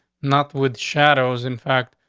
not with shadows. in fact,